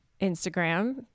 Instagram